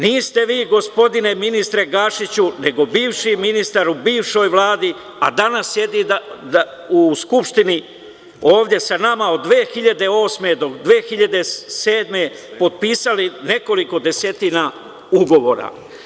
Niste vi, gospodine ministre Gašiću, nego bivši ministar u bivšoj Vladi, a danas sedi u Skupštini ovde sa nama, od 2008. do 2007. potpisali nekoliko desetina ugovora.